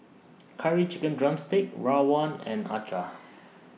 Curry Chicken Drumstick Rawon and Acar